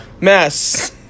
mess